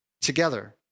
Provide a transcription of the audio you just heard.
together